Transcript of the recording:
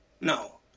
No